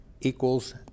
equals